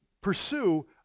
pursue